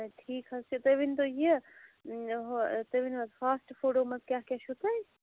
ٹھیٖک حظ چھُ تُہۍ ؤنۍ تَو یہِ ہُہ تُہۍ ؤنِو حظ فاسٹ فُڈو منٛز کیٛاہ کیٛاہ چھُو تۄہہِ